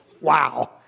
Wow